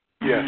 Yes